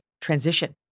transition